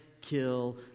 kill